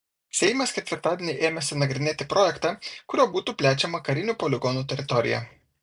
seimas ketvirtadieni ėmėsi nagrinėti projektą kuriuo būtų plečiama karinių poligonų teritorija